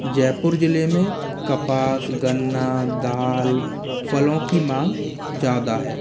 जयपुर जिले में कपास गन्ना दाल फलों की माँग ज्यादा है